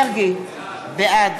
בעד